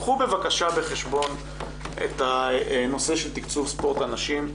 קחו בחשבון את הנושא של תקצוב ספורט לנשים,